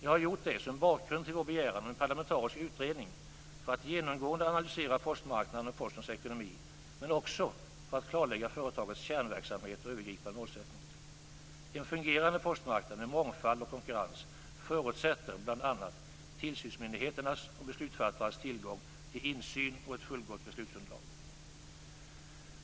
Jag har gjort det som bakgrund till vår begäran om en parlamentarisk utredning för att genomgående analysera postmarknaden och Postens ekonomi men också för att klarlägga företagets kärnverksamhet och övergripande målsättning.